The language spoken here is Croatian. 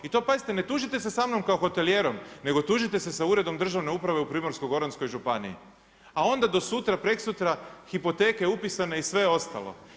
I pazite ne tužite se sa mnom kao hotelijerom nego tužite sa Uredom državne uprave u Primorsko-goranskoj županiji, a onda do sutra preksutra hipoteke upisane i sve ostalo.